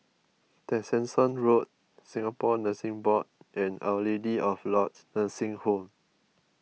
Tessensohn Road Singapore Nursing Board and Our Lady of Lourdes Nursing Home